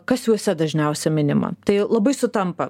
kas juose dažniausia minima tai labai sutampa